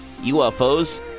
UFOs